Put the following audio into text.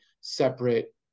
separate